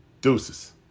Deuces